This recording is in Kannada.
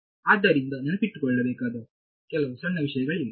ಆದ್ದರಿಂದ ನೆನಪಿನಲ್ಲಿಟ್ಟುಕೊಳ್ಳಬೇಕಾದ ಕೆಲವು ಸಣ್ಣ ವಿಷಯಗಳಿವೆ